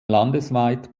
landesweit